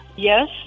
Yes